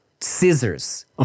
Scissors